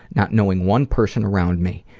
not knowing one person around me.